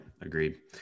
agreed